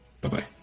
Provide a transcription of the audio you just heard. bye-bye